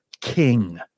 King